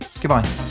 Goodbye